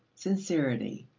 sincerity,